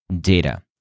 data